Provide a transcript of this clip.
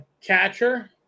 catcher